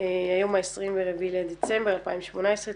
היום ה-24 בדצמבר 2018,